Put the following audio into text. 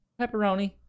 Pepperoni